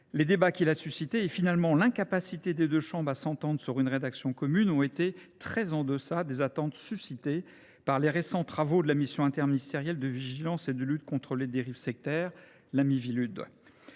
les débats qu’il a suscités et, finalement, l’incapacité des deux chambres à s’entendre sur une rédaction commune ont été très en deçà des attentes qui avaient été placées dans les récents travaux de la mission interministérielle de vigilance et de lutte contre les dérives sectaires. Depuis la